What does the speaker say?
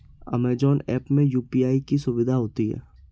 Amazon app में UPI की सुविधा होती है